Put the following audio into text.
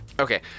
Okay